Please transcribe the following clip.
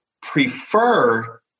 prefer